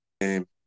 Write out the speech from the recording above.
game